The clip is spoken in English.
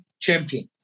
champion